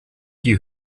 die